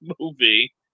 movie